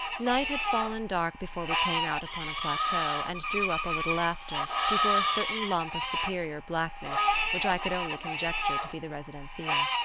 night had fallen dark before we came out upon a plateau, and drew up a little after, before a certain lump of superior blackness which i could only conjecture to be the residencia.